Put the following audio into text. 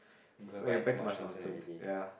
people buying too much nonsense already